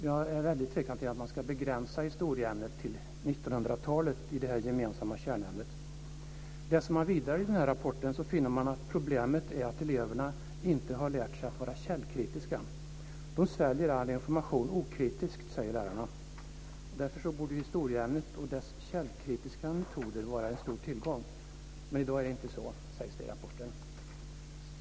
Jag är väldigt tveksam till att man ska begränsa historieämnet till 1900-talet i det här gemensamma kärnämnet. Läser man vidare i den här rapporten finner man att problemet är att eleverna inte har lärt sig att vara källkritiska. De sväljer all information okritiskt, säger lärarna. Därför borde historieämnet och dess källkritiska metoder vara en stor tillgång. Men så är det inte i dag, sägs det i rapporten.